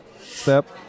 step